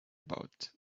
about